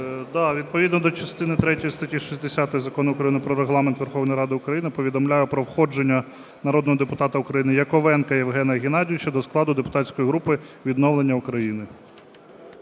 О.С. Відповідно до частини третьої статті 60 Закону України "Про Регламент Верховної Ради України" повідомляю про входження народного депутата Україна Яковенка Євгена Геннадійовича до складу депутатської групи "Відновлення України".